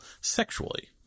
sexually